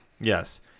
yes